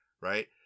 Right